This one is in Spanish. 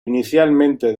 inicialmente